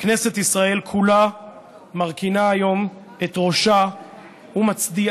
שכנסת ישראל כולה מרכינה היום את ראשה ומצדיעה